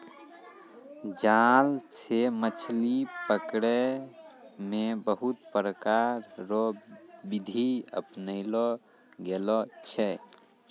जाल से मछली पकड़ै मे बहुत प्रकार रो बिधि अपनैलो गेलो छै